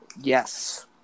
Yes